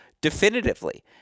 definitively